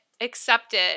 accepted